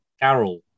Carol